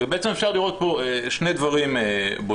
ובעצם אפשר לראות פה שני דברים בולטים,